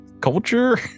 culture